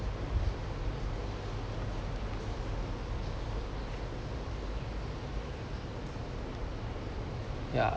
ya